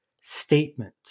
statement